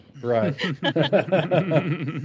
right